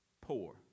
poor